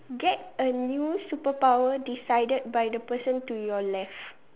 get a new superpower decided by the person to your left